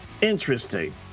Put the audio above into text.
Interesting